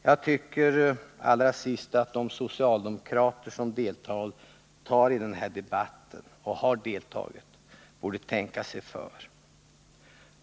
Jag tycker att de socialdemokrater som deltar och har deltagit i den här debatten borde tänka sig för.